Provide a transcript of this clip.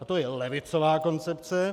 A to je levicová koncepce.